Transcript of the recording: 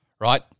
right